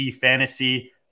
fantasy